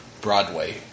Broadway